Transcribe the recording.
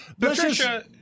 Patricia